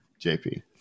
JP